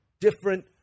different